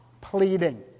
pleading